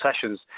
sessions